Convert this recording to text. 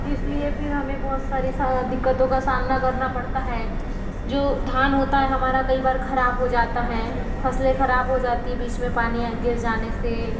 इसलिए फिर हमें बहुत सारी दिक्कतों का सामना करना पड़ता है जो धान होता है हमारा कई बार खराब हो जाता है फसलें खराब हो जाती है बीच में पानी गिर जाने से